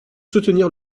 soutenir